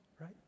right